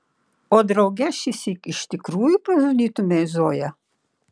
o drauge šįsyk iš tikrųjų pražudytumei zoją